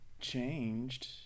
changed